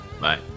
Bye